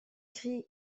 christ